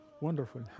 Wonderful